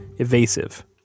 evasive